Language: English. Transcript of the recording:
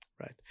Right